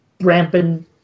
rampant